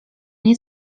nie